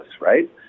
right